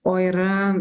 o yra